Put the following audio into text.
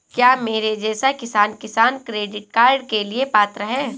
क्या मेरे जैसा किसान किसान क्रेडिट कार्ड के लिए पात्र है?